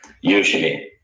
usually